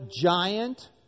giant